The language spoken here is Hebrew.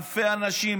אלפי אנשים,